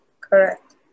Correct